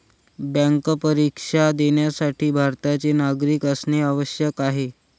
bank परीक्षा देण्यासाठी भारताचे नागरिक असणे आवश्यक आहे